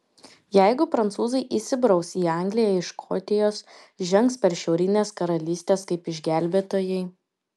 jeigu prancūzai įsibraus į angliją iš škotijos žengs per šiaurines karalystes kaip išgelbėtojai